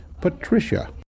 Patricia